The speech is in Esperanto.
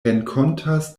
renkontas